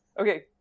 Okay